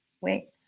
wait